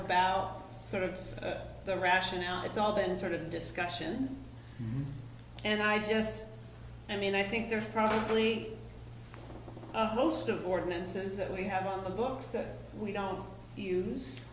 about sort of the rationale it's all been a sort of discussion and i just i mean i think there's probably most of ordinances that we have on the books that we don't use